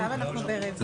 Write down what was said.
תשעה.